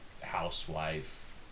housewife